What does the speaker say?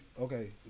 okay